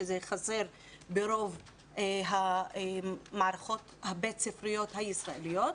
שזה חסר ברוב המערכות הבית-ספריות הישראליות,